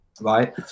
right